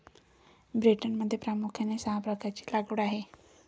ब्रिटनमध्ये प्रामुख्याने सहा प्रकारची लागवड आहे